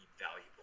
valuable